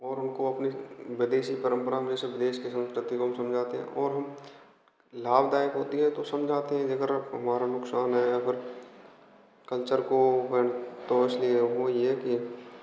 और उनको अपने विदेशी परम्परा में अपने देश की संस्कृति के समझाते हैं और हम लाभदायक होती है तो समझाते हैं और अगर हमारा नुकसान है अगर कल्चर को तव इसलिए ये है कि